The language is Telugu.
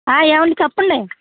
ఏమండి చెప్పండి